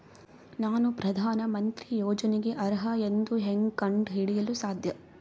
ನಾನು ಪ್ರಧಾನ ಮಂತ್ರಿ ಯೋಜನೆಗೆ ಅರ್ಹ ಎಂದು ಹೆಂಗ್ ಕಂಡ ಹಿಡಿಯಲು ಸಾಧ್ಯ?